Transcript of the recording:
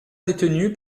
détenu